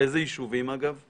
אילו יישובים, אגב?